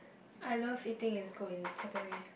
I love eating in school in secondary